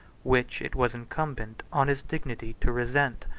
which it was incumbent on his dignity to resent.